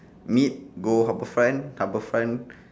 meet go harbour front harbour front